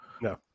No